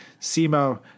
Simo